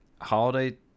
holiday